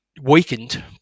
weakened